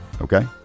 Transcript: Okay